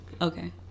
okay